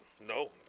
No